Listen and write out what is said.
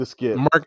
Mark